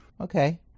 Okay